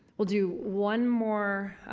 we'll do one more,